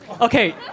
okay